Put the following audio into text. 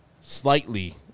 slightly